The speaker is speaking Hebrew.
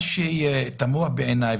מה שתמוה בעיניי,